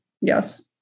Yes